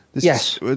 Yes